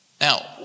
Now